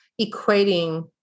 equating